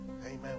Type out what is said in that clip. Amen